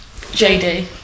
jd